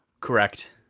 correct